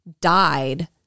died